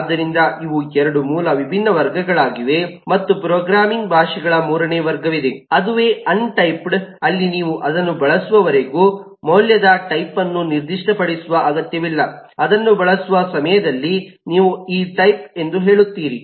ಆದ್ದರಿಂದ ಇವು 2 ಮೂಲ ವಿಭಿನ್ನ ವರ್ಗಗಳಾಗಿವೆ ಮತ್ತು ಪ್ರೋಗ್ರಾಮಿಂಗ್ ಭಾಷೆಗಳ ಮೂರನೇ ವರ್ಗವಿದೆ ಅದುವೆ ಅನ್ ಟೈಪ್ಡ್ ಅಲ್ಲಿ ನೀವು ಅದನ್ನು ಬಳಸುವವರೆಗೂ ಮೌಲ್ಯದ ಟೈಪ್ಅನ್ನು ನಿರ್ದಿಷ್ಟಪಡಿಸುವ ಅಗತ್ಯವಿಲ್ಲ ಅದನ್ನು ಬಳಸುವ ಸಮಯದಲ್ಲಿ ನೀವು ಈ ಟೈಪ್ ಎಂದು ಹೇಳುತ್ತೀರಿ